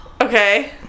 Okay